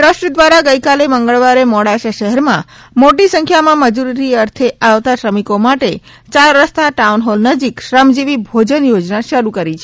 trust દ્વારા ગઇકાલે મંગળવારે મોડાસા શહેરમાં મોટી સંખ્યામાં મજૂરી અર્થે આવતા શ્રમિકો માટે ચાર રસ્તા ટાઉનહોલ નજીક શ્રમજીવી ભોજન યોજના શરુ કરી છે